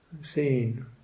Seeing